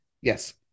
Yes